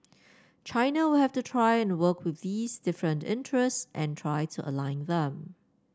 China will have to try and work with these different interests and try to align them